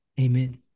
Amen